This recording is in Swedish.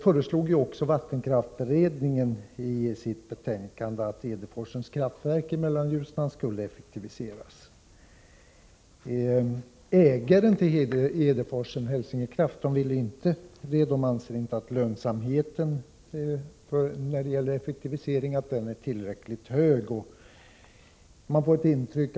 Även vattenkraftsberedningen föreslog i sitt betänkande att Edeforsens kraftverk i Mellanljusnan skulle effektiviseras. Ägaren till Edeforsen, Hälsingekraft, ansåg inte att en effektivisering skulle ha tillräckligt hög lönsamhet.